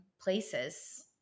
places